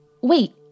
Wait